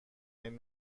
این